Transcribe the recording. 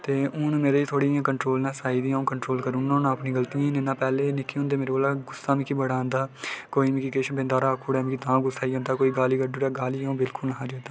ते हून मेरे च इं'या थोह्ड़ी कंट्रोलनेस आई ते अं'ऊ कंट्रोल करू ना होना अपनियें गलतियें गी ते पैह्लें निक्के होंदे मिगी गुस्सा बड़ा आंदा हा कोई मिगी किश बिंद हारा आक्खाी ओड़े तां गुस्सा आई जंदा गालीं अं'ऊ बिल्कुल निं हा जरदा